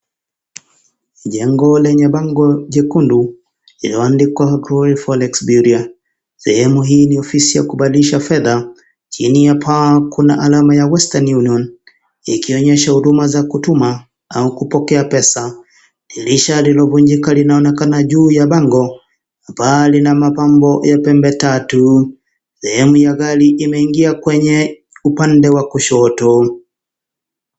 Jengo lenye bango jekundu lililoandikwa Glory Forex Bureau . Sehemu hii ni ofisi ya kubadilisha fedha. Chini ya paa kuna alama ya Western Union ikionyesha huduma za kutuma au kupokea pesa. Dirisha lililovunjika linaonekana juu ya bango. Paa lina mapambo ya pembe tatu. Sehemu ya gari imeingia kwenye upande wa kushoto.